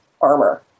armor